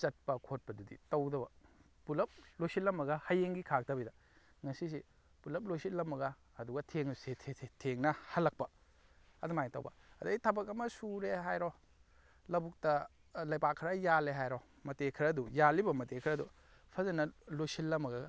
ꯆꯠꯄ ꯈꯣꯠꯄꯗꯨꯗꯤ ꯇꯧꯗꯕ ꯄꯨꯂꯞ ꯂꯣꯏꯁꯤꯜꯂꯝꯃꯒ ꯍꯌꯦꯡꯒꯤ ꯈꯥꯛꯇꯕꯤꯗ ꯉꯁꯤꯁꯦ ꯄꯨꯂꯞ ꯂꯣꯏꯁꯤꯜꯂꯝꯃꯒ ꯑꯗꯨꯒ ꯊꯦꯡꯉꯁꯨ ꯊꯦꯡꯅ ꯍꯂꯛꯄ ꯑꯗꯨꯃꯥꯏꯅ ꯇꯧꯕ ꯑꯗꯨꯗꯩ ꯊꯕꯛ ꯑꯃ ꯁꯨꯔꯦ ꯍꯥꯏꯔꯣ ꯂꯕꯨꯛꯇ ꯂꯩꯕꯥꯛ ꯈꯔ ꯌꯥꯜꯂꯦ ꯍꯥꯏꯔꯣ ꯃꯇꯦꯛ ꯈꯔꯗꯨ ꯌꯥꯜꯂꯤꯕ ꯃꯇꯦꯛ ꯈꯔꯗꯨ ꯐꯖꯅ ꯂꯣꯏꯁꯤꯟꯂꯝꯃꯒ